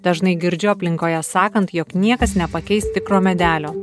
dažnai girdžiu aplinkoje sakant jog niekas nepakeis tikro medelio